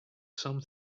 some